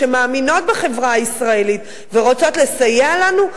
שמאמינות בחברה הישראלית ורוצות לסייע לנו,